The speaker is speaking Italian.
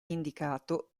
indicato